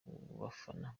bafana